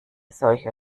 solche